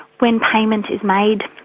when payment is made,